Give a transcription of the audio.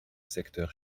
secteur